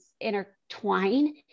intertwine